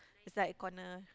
the side corner